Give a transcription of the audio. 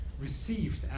received